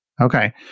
okay